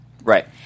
Right